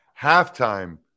halftime